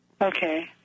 Okay